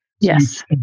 Yes